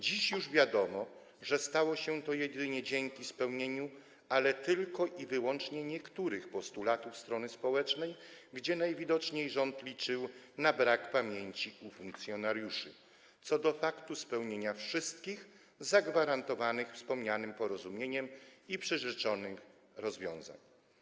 Dziś już wiadomo, że stało się to jedynie dzięki spełnieniu, ale tylko i wyłącznie niektórych, postulatów strony społecznej, gdzie najwidoczniej rząd liczył na brak pamięci u funkcjonariuszy co do spełnienia wszystkich zagwarantowanych wspomnianym porozumieniem i przyrzeczonych rozwiązań.